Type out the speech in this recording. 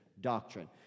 doctrine